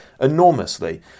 enormously